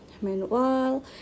Meanwhile